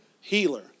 healer